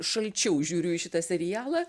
šalčiau žiūriu į šitą serialą